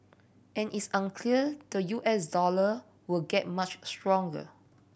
and it's unclear the U S dollar will get much stronger